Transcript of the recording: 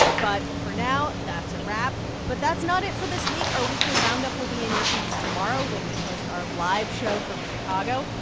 but for now, that's a wrap. but that's not it for this week. our weekly roundup will be in your feeds tomorrow when we post our live show from chicago.